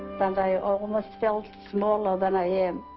and i almost felt smaller than i am